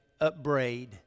upbraid